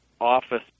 office